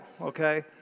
okay